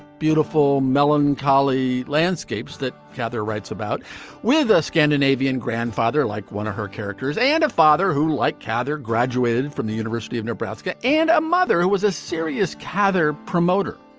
beautiful, melancholy landscapes that cather writes about with a scandinavian grandfather like one of her characters, and a father who, like cather, graduated from the university of nebraska and a mother who was a serious cather promoter.